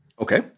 Okay